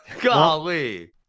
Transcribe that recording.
golly